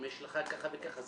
אם יש לך ככה וככה,